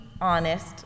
honest